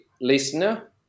listener